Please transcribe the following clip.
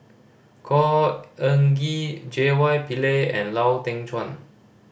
Khor Ean Ghee J Y Pillay and Lau Teng Chuan